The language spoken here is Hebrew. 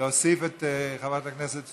תוצאות ההצבעה: